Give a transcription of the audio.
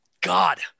God